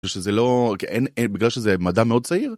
שזה לא אין בגלל שזה מדע מאוד צעיר.